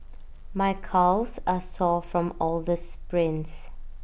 my calves are sore from all the sprints